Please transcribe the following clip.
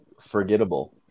forgettable